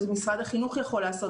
משרד החינוך יכול לעשות,